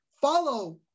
follow